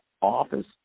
office